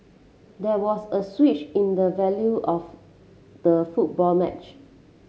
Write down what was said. there was a switch in the value of the football match